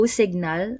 signal